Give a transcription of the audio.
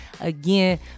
again